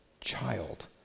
child